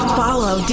follow